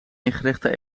ingerichte